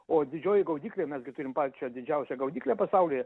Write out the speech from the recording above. o didžioji gaudyklė mes gi turim pačią didžiausią gaudyklę pasaulyje